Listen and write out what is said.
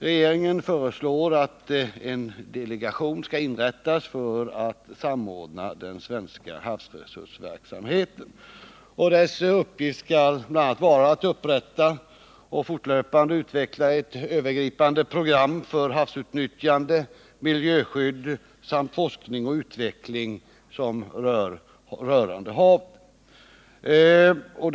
Regeringen föreslår att en delegation skall inrättas för att samordna den svenska havsresursverksamheten. Dess uppgift skall bl.a. vara att upprätta och fortlöpande utveckla ett övergripande program för havsutnyttjande, miljöskydd samt forskning och utveckling rörande havet.